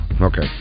okay